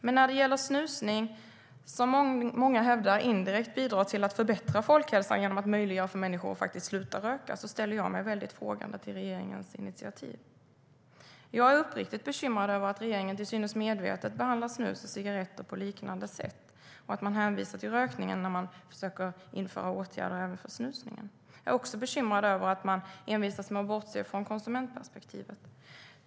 Men när det gäller snusning, som många hävdar indirekt bidrar till att förbättra folkhälsan genom att möjliggöra för människor att sluta röka, ställer jag mig väldigt frågande till regeringens initiativ. Jag är uppriktigt bekymrad över att regeringen till synes medvetet behandlar snus och cigaretter på liknande sätt och att man hänvisar till rökningen när man försöker införa åtgärder även för snusningen. Jag är också bekymrad över att man envisas med att bortse från konsumentperspektivet.